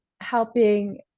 helping